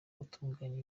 gutunganya